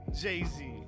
Jay-Z